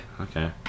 Okay